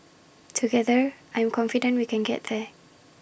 together I'm confident we can get there